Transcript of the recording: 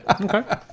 Okay